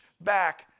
back